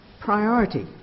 priority